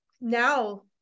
now